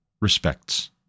respects